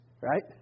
Right